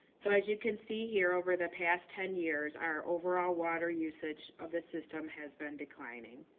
so, as you can see here, over the past ten years, our overall water usage of this system has been declining.